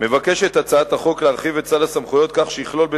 כמו כן מבקשת הצעת החוק להרחיב את סל הסמכויות כך שיכלול,